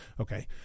Okay